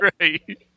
Right